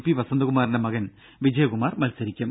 P വസന്തകുമാറിന്റെ മകൻ വിജയകുമാർ മത്സരിക്കും